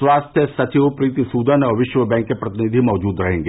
स्वास्थ्य सचिव प्रीति सुदन और विश्व बैंक के प्रतिनिधि मौजूद रहेंगे